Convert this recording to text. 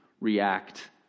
react